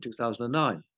2009